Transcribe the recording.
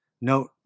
note